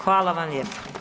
Hvala vam lijepa.